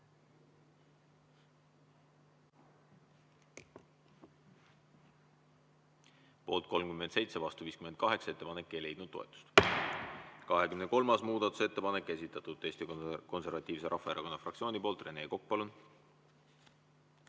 Poolt 36, vastu 58. Ettepanek ei leidnud toetust. 26. muudatusettepanek, esitatud Eesti Konservatiivse Rahvaerakonna fraktsiooni poolt. Rene Kokk, palun!